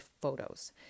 photos